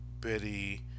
Betty